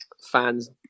fans